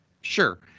Sure